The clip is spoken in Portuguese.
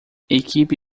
equipe